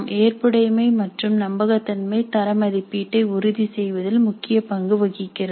ஏற்புடைமை மற்றும் நம்பகத்தன்மை தர மதிப்பீட்டை உறுதி செய்வதில் முக்கிய பங்கு வகிக்கிறது